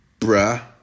Bruh